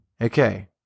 Okay